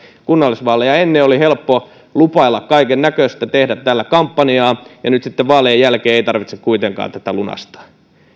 kunnallisvaaleja ennen oli helppo lupailla kaikennäköistä tehdä täällä kampanjaa ja nyt sitten vaalien jälkeen ei tarvitse kuitenkaan tätä lunastaa